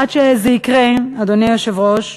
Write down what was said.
עד שזה יקרה, אדוני היושב-ראש,